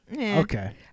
Okay